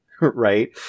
Right